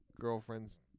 girlfriend's